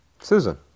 Susan